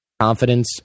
Confidence